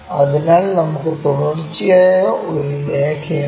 അതിനാൽ നമുക്ക് തുടർച്ചയായ ഒരു രേഖയുണ്ട്